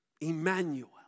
Emmanuel